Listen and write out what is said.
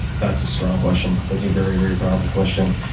that's a strong question. that's a very, very powerful question.